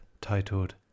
titled